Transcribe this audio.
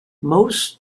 most